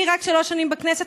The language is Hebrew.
אני רק שלוש שנים בכנסת.